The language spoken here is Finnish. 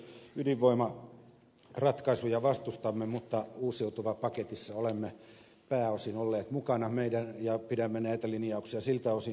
me toki ydinvoimaratkaisuja vastustamme mutta uusiutuvapaketissa olemme pääosin olleet mukana ja pidämme näitä linjauksia siltä osin hyvinä